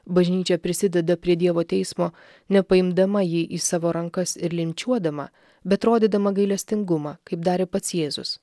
bažnyčia prisideda prie dievo teismo ne paimdama jį į savo rankas ir linčiuodama bet rodydama gailestingumą kaip darė pats jėzus